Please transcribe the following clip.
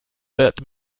bette